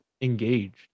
engaged